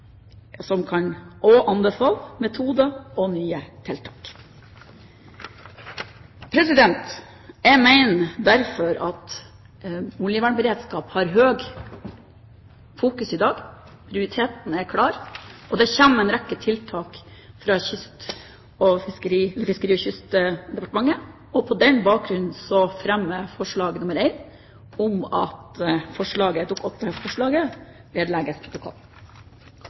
som er begrunnet, og anbefale metoder og nye tiltak. Jeg mener derfor at oljevernberedskap har høyt fokus i dag, prioriteten er klar, og det kommer en rekke tiltak fra Fiskeri- og kystdepartementet. På denne bakgrunn tar jeg opp forslag nr. 1, om at Dokument nr. 8-forslaget vedlegges protokollen. Representanten Janne Sjelmo Nordås har tatt opp det forslaget